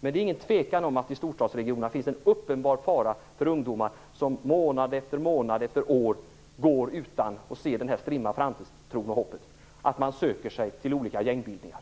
Men det är ingen tvekan om att det finns en uppenbar fara i storstadsregionerna för att ungdomar, som månad efter månad, år efter år, går utan en strimma hopp och utan någon framtidstro, söker sig till olika gängbildningar.